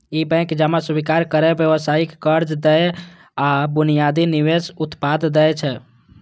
ई bank जमा स्वीकार करै, व्यावसायिक कर्ज दै आ बुनियादी निवेश उत्पाद दै छै